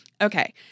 Okay